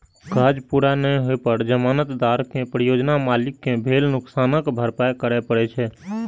काज पूरा नै होइ पर जमानतदार कें परियोजना मालिक कें भेल नुकसानक भरपाइ करय पड़ै छै